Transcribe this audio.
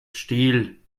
stiel